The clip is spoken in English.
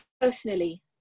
personally